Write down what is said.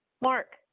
Mark